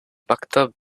maktub